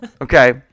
Okay